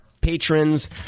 patrons